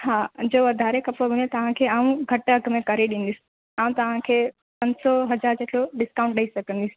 हा जो वधारे खपेव तव्हांखे आऊं घटि अघु में करे ॾींदसि ऐं तव्हांखे पंज सौ हज़ार जेतिरो डिस्काउंट ॾेई सघंदसि